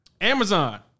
Amazon